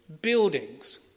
buildings